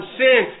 sin